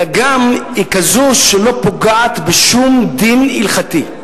אלא היא גם כזו שלא פוגעת בשום דין הלכתי.